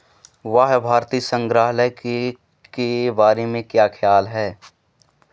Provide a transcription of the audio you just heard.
वाह भारतीय संग्रहालय के के बारे में क्या ख्याल है